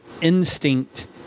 instinct